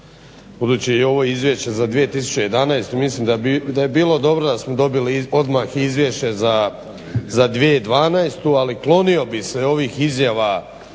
budući je ovo izvješće za 2011., mislim da bi bilo dobro da smo dobili odmah izvješće za 2012., ali klonio bih se ovih izjava